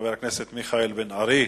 חבר הכנסת מיכאל בן-ארי,